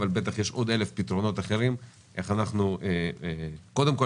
אבל בטח יש עוד אלף פתרונות אחרים איך קודם כול